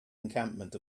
encampment